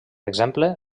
exemple